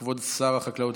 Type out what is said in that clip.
חברת הכנסת תמר זנדברג,